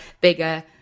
bigger